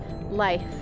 life